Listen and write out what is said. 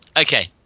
Okay